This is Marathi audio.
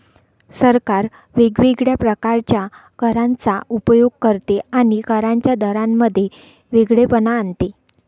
सरकार वेगवेगळ्या प्रकारच्या करांचा उपयोग करते आणि करांच्या दरांमध्ये वेगळेपणा आणते